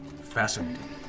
Fascinating